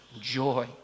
joy